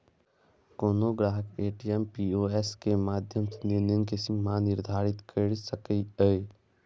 कोनो ग्राहक ATM, POS के माध्यम सं लेनदेन के सीमा निर्धारित कैर सकैए